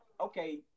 okay